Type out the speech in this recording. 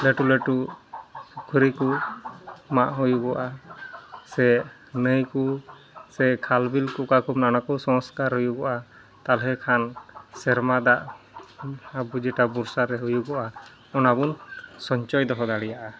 ᱞᱟᱹᱴᱩᱼᱞᱟᱹᱴᱩ ᱯᱩᱠᱷᱨᱤᱠᱚ ᱢᱟᱜ ᱦᱩᱭᱩᱜᱼᱟ ᱥᱮ ᱱᱟᱹᱭᱠᱚ ᱥᱮ ᱠᱷᱟᱞᱼᱵᱤᱞᱠᱚ ᱚᱠᱟᱠᱚ ᱚᱱᱟᱠᱚ ᱥᱚᱝᱥᱠᱟᱨ ᱦᱩᱭᱩᱜᱚᱼᱟ ᱛᱟᱦᱚᱞᱮ ᱠᱷᱟᱚᱱ ᱥᱮᱨᱢᱟ ᱫᱟᱜ ᱟᱵᱚ ᱡᱮᱴᱟ ᱵᱚᱨᱥᱟᱨᱮ ᱦᱩᱭᱩᱜᱚᱼᱟ ᱚᱱᱟᱵᱚ ᱥᱚᱧᱪᱚᱭ ᱫᱚᱦᱚ ᱫᱟᱲᱮᱭᱟᱜᱼᱟ